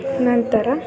ನಂತರ